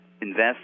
Invest